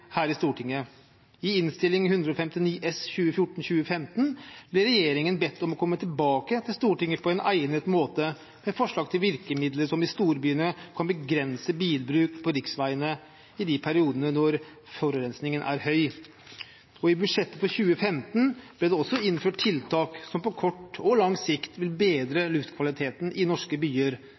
her i Stortinget. I Innst. 159 S for 2014–2015 ble regjeringen bedt om å komme tilbake til Stortinget på en egnet måte med forslag til virkemidler som i storbyene kan begrense bilbruk på riksveiene i periodene når luftforurensningen er høy. I budsjettet for 2015 ble det også innført tiltak som på kort og lang sikt vil bedre luftkvaliteten i norske byer,